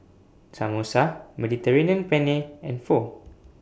Samosa Mediterranean Penne and Pho